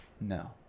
No